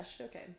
okay